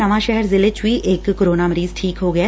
ਨਵਾਂ ਸ਼ਹਿਰ ਜ਼ਿਲ਼ੇ ਚ ਵੀ ਇਕ ਕੋਰੋਨਾ ਮਰੀਜ਼ ਠੀਕ ਹੋ ਗਿਐ